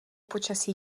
počasí